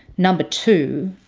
number two,